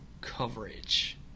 coverage